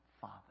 father